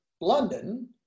London